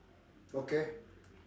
okay